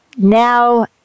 Now